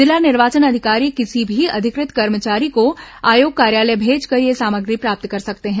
जिला निर्वाचन अधिकारी किसी भी अधिकृत कर्मचारी को आयोग कार्यालय भेजकर ये सामग्री प्राप्त कर सकते हैं